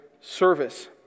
service